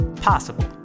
possible